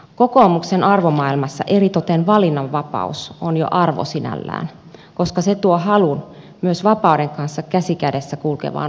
kokoomuksen arvomaailmassa eritoten valinnanvapaus on jo arvo sinällään koska se tuo halun myös vapauden kanssa käsi kädessä kulkevaan vastuunottoon